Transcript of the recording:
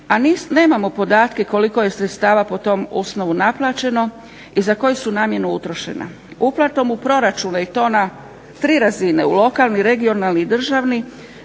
a nemamo podatke koliko je sredstava po tom osnovu naplaćeno i za koju su namjenu utrošena. Uplatom u proračun i to na tri razine, u lokalni, regionalni i državni